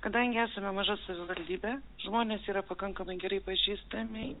kadangi esame maža savivaldybė žmonės yra pakankamai gerai pažįstami